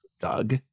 Doug